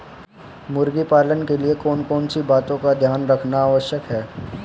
मुर्गी पालन के लिए कौन कौन सी बातों का ध्यान रखना आवश्यक है?